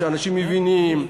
שאנשים מבינים,